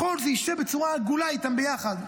מחול זה ישב בצורה עגולה איתם יחד.